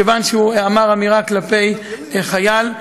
כיוון שהוא אמר אמירה כלפי חייל.